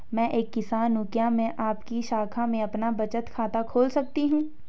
मैं एक किसान हूँ क्या मैं आपकी शाखा में अपना बचत खाता खोल सकती हूँ?